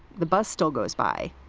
the bus still goes by,